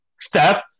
Steph